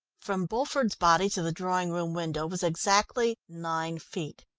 from bulford's body to the drawing-room window was exactly nine feet.